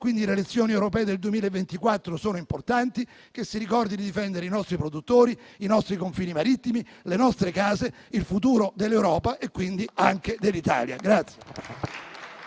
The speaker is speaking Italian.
questo le elezioni europee del 2024 sono importanti. Che si ricordi di difendere i nostri produttori, i nostri confini marittimi, le nostre case, il futuro dell'Europa e quindi anche dell'Italia.